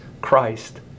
Christ